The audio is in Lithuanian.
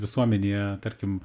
visuomenėje tarkim